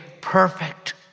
perfect